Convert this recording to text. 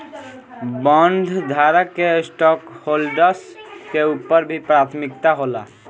बॉन्डधारक के स्टॉकहोल्डर्स के ऊपर भी प्राथमिकता होला